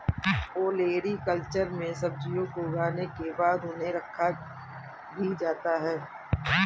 olericulture में सब्जियों को उगाने के बाद उन्हें रखा भी जाता है